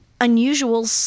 unusual